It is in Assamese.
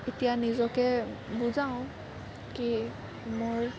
এতিয়া নিজকে বুজাওঁ কি মোৰ